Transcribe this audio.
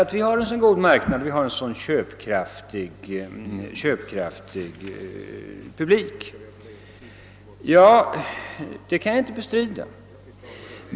Det beror ju på att svenskarna utgör en köpkraftig publik, säger herr Lange, och det kan jag inte bestrida.